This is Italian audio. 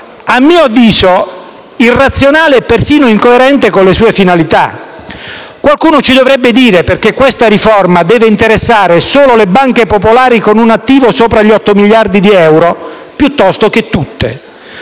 a mio avviso - irrazionale e persino incoerente con le sue finalità. Qualcuno ci dovrebbe dire atti perché questa riforma dovrebbe interessare solo le banche popolari con un attivo superiore agli miliardi di euro piuttosto che tutte.